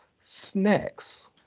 Snacks